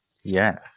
Yes